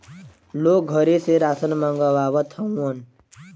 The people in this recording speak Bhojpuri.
लोग घरे से रासन मंगवावत हउवन